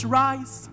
rise